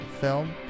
film